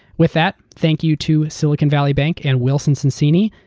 with that, thank you to silicon valley bank and wilson sonsini,